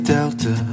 Delta